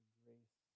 grace